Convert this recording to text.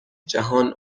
جهان